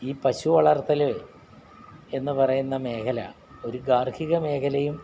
ഈ പശു വളർത്തല് എന്നു പറയുന്ന മേഖല ഒരു ഗാർഹിക മേഖലയും